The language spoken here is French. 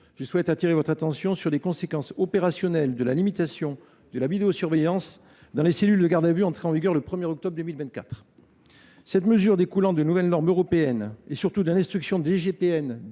je souhaite appeler votre attention sur les conséquences opérationnelles de la limitation de la vidéosurveillance dans les cellules de garde à vue, entrée en vigueur le 1 octobre 2024. Cette mesure, découlant de nouvelles normes européennes et concrétisée par